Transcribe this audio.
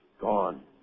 Gone